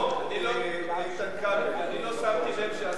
אני לא שמתי לב שהשר גלעד ארדן מאחורי.